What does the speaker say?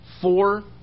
Four